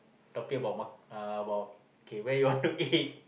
talking about ma~ uh about okay where you want to eat